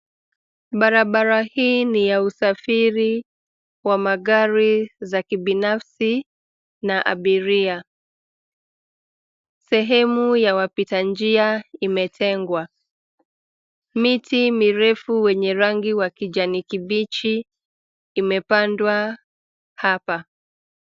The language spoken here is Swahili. Barabara hii ni ya usafiri wa magari za kibinafsi na abiria. Sehemu ya wapita njia imetengwa. Miti mirefu wenye rangi ya kijani kibichi imepandwa hapa.